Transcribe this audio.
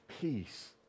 peace